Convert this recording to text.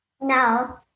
No